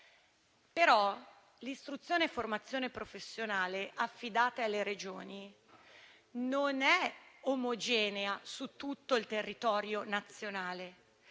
L'istruzione e la formazione professionale affidate alle Regioni però non sono omogenee su tutto il territorio nazionale.